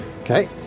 Okay